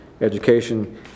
education